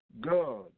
God